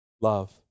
love